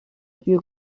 few